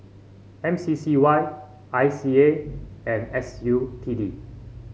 M C C Y I C A and S U T D